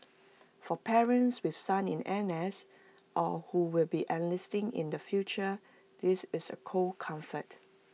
for parents with sons in N S or who will be enlisting in the future this is A cold comfort